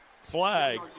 flag